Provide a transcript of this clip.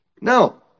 No